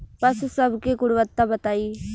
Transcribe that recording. पशु सब के गुणवत्ता बताई?